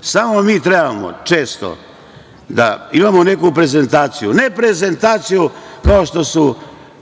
Samo mi trebamo često da imamo neku prezentaciju, ne prezentaciju kao što su